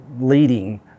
leading